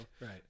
Right